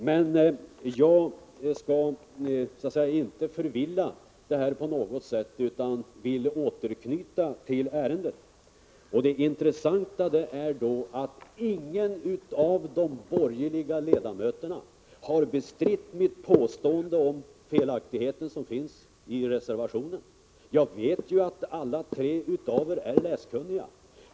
Men för att återknyta till ärendet är det intressant att ingen av de borgerliga ledamöterna har bestritt mitt påstående om felaktigheten i reservationen. Jag vet ju att alla tre är läskunniga.